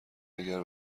اگر